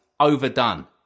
overdone